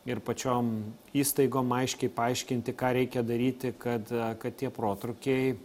ir pačiom įstaigom aiškiai paaiškinti ką reikia daryti kad kad tie protrūkiai